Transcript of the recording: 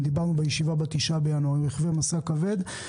דיברנו ב-9 בינואר, הם רכבי משא כבד.